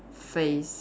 face